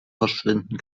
verschwinden